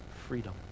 freedom